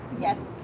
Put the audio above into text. Yes